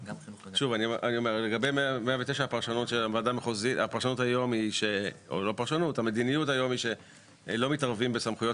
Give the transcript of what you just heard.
לגבי 109 המדיניות היום היא שלא מתערבים בסמכויות